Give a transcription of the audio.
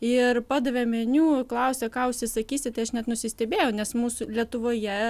ir padavė meniu klausia ką užsisakysite aš net nusistebėjau nes mūsų lietuvoje